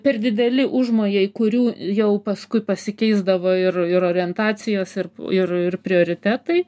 per dideli užmojai kurių jau paskui pasikeisdavo ir ir orientacijos ir ir ir prioritetai